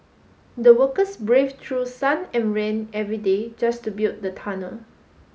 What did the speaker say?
the workers braved through sun and rain every day just to build the tunnel